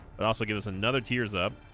i'd also give us another tiers up